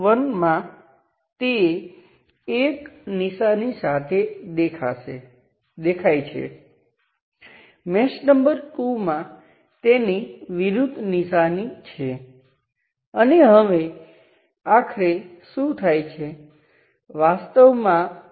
ચાલો હું સમાન વોલ્ટેજ સ્ત્રોત સાથે જોડાયેલ રેઝિસ્ટરનો બીજો સેટ લઉં કદાચ આ 20 કિલો ઓહ્મ અને આ 30 કિલો ઓહ્મ છે